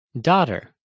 Daughter